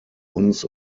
uns